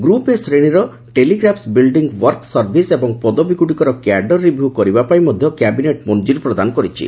group A ଶ୍ରେଣୀର telegraph building work service ଏବଂ ପଦବୀଗୁଡ଼ିକର କ୍ୟାଡର ରିଭ୍ୟୁ କରିବା ପାଇଁ ମଧ୍ୟ କ୍ୟାବିନେଟ୍ ମଂକୁରୀ ପ୍ରଦାନ କରିଛି